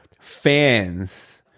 fans